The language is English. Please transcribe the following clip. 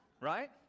right